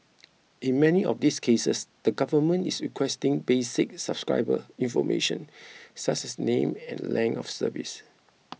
in many of these cases the government is requesting basic subscriber information such as name and length of service